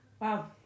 Wow